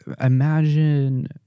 Imagine